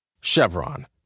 Chevron